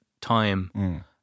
time